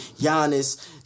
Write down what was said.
Giannis